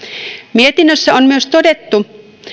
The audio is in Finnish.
mietinnössä on myös todettu